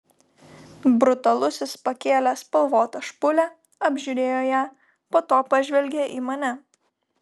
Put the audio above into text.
brutalusis pakėlė spalvotą špūlę apžiūrėjo ją po to pažvelgė į mane